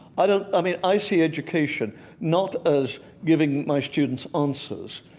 i don't, i mean, i see education not as giving my students answers,